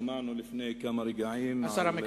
השר המקשר.